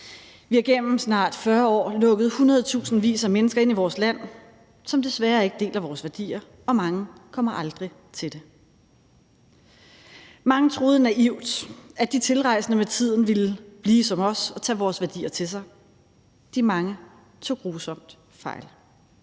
Vi har igennem snart 40 år lukket hundredtusindvis af mennesker ind i vores land, som desværre ikke deler vores værdier, og mange kommer aldrig til det. Mange troede naivt, at de tilrejsende med tiden ville blive som os og tage vores værdier til sig. De mange tog grusomt fejl.